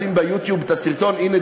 לשים ב"יוטיוב" את הסרטון: הנה,